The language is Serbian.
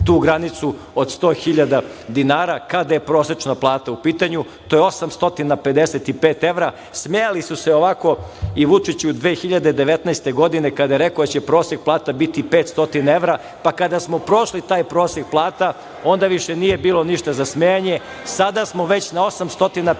tu granicu od 100.000 dinara. Kada je prosečna plata u pitanju, to je 855 evra. Smejali su se ovako i Vučiću 2019. godine kada je rekao da će prosek plata biti 500 evra, pa kada smo prošli taj prosek plata, onda više nije bilo ništa za smejanje. Sada smo već na 855